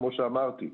כמו שאמרתי,